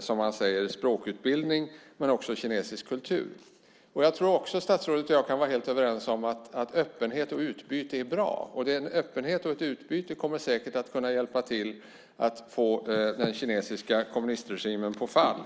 som man säger, språkutbildning men också kinesisk kultur. Jag tror också att statsrådet och jag kan vara helt överens om att öppenhet och utbyte är bra. Öppenhet och utbyte kommer säkert att kunna hjälpa till för att få den kinesiska kommunistregimen på fall.